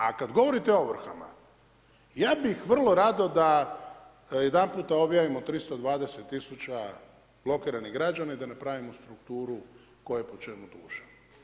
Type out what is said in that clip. A kada govorite o ovrhama, ja bih vrlo rado da jedanputa objavimo 320 tisuća blokiranih građana i da napravimo strukturu tko je po čemu dužan.